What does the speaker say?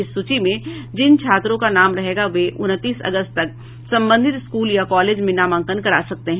इस सूची में जिन छात्रों का नाम रहेगा वे उनतीस अगस्त तक संबंधित स्कूल या कॉलेज में नामांकन करा सकते हैं